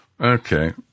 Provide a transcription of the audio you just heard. Okay